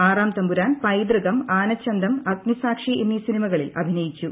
ആറാം തമ്പുരാൻ പൈതൃകം ആനച്ചന്തം അഗ്നിസാക്ഷി എന്നീ സിനിമകളിൽ അഭിനയിച്ചു